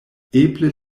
eble